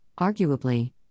arguably